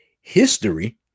history